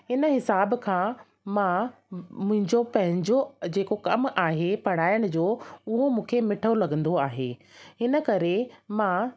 इन हिसाब खां मां मुंहिंजो पंहिंजो जेको कमु आहे पढ़ाइण जो उहो मूंखे मिठो लॻंदो आहे हिन करे मां